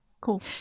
Cool